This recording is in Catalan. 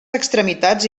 extremitats